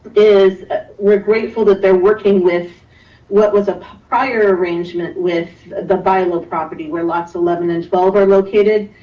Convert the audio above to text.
is ah we're grateful that they're working with what was a prior arrangement with the violent property, where lots of eleven and twelve are located.